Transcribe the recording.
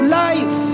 life